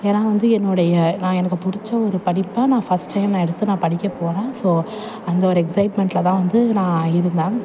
ஏன்னா வந்து என்னுடைய நான் எனக்கு பிடிச்ச ஒரு படிப்பை நான் ஃபர்ஸ்ட் டைம் நான் எடுத்து நான் படிக்க போகறேன் ஸோ அந்த ஒரு எக்ஸைட்மெண்ட்டில் தான் வந்து நான் இருந்தேன்